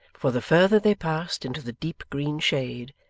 for the further they passed into the deep green shade,